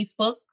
Facebook